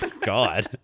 god